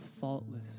faultless